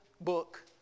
book